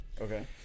Okay